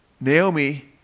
Naomi